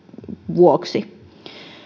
vuoksi